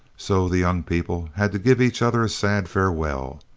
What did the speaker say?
so the young people had to give each other a sad farewell.